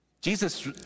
jesus